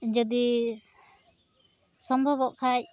ᱡᱚᱫᱤ ᱥᱚᱢᱵᱷᱚᱵᱚᱜ ᱠᱷᱟᱡ